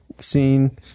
scene